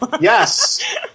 Yes